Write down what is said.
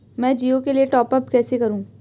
मैं जिओ के लिए टॉप अप कैसे करूँ?